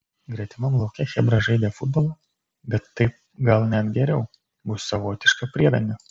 gretimam lauke chebra žaidė futbolą bet taip gal net geriau bus savotiška priedanga